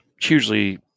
hugely